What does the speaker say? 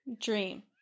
dream